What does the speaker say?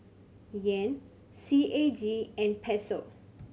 Yen C A G and Peso